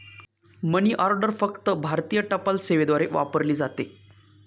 मनी order फक्त भारतीय टपाल सेवेद्वारे वापरली जाते